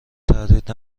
تردید